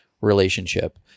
relationship